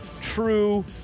true